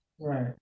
Right